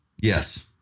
Yes